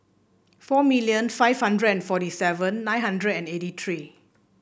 four million five hundred and forty seven nine hundred and eighty three